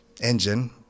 Engine